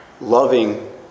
loving